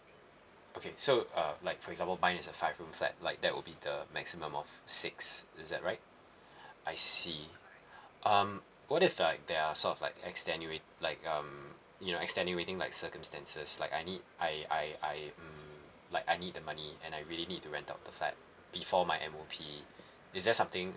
okay so uh like for example mine is a five room flat like that will be the maximum of six is that right I see um what if like there are stuff like extenuat~ like um you know like extenuating like circumstances like I need I I I mm like I need the money and I really need to rent out the flat before my M_O_P is there something